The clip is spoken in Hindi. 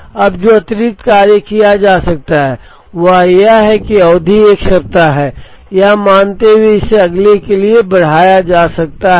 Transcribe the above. अब जो अतिरिक्त कार्य किया जा सकता है वह यह है कि अवधि एक सप्ताह है यह मानते हुए इसे अगले के लिए बढ़ाया जा सकता है